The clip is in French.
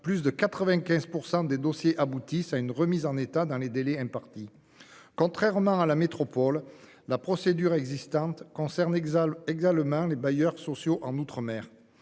plus de 95 % des dossiers aboutissent à une remise en état dans les délais impartis. Contrairement à la situation en métropole, la procédure existante concerne également les bailleurs sociaux dans les outre-mer.